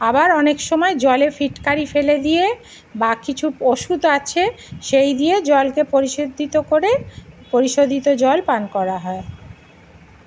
আবার অনেক সময় জলে ফিটকারি ফেলে দিয়ে বা কিছু ওষুধ আছে সেই দিয়ে জলকে পরিশোধিত করে পরিশোধিত জল পান করা হয়